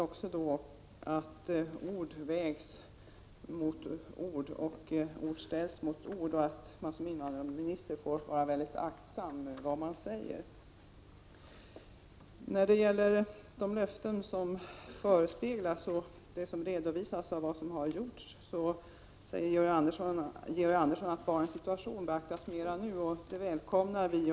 Ord ställs mot ord, och en invandrarminister måste vara aktsam med vad han säger. Georg Andersson sade att barnens situation beaktas mer nu än tidigare. Det välkomnar vi.